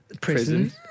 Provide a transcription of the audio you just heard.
prison